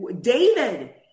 David